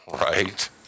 Right